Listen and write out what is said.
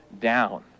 down